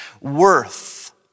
worth